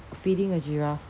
feeding a giraffe